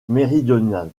méridional